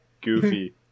Goofy